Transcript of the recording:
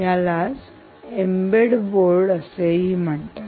यालाच embed board असे म्हणतात